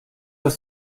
ist